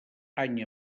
any